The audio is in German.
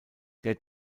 der